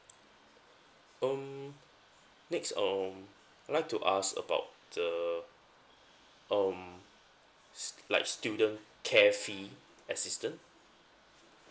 um next um I'd like ask about the um s~ like student care fee assistant